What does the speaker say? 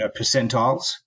percentiles